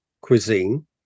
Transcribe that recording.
cuisine